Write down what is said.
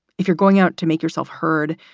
if you're going out to make yourself heard,